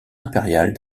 impériale